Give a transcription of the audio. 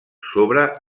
sobre